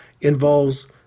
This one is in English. involves